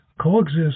coexist